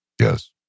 Yes